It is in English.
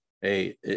hey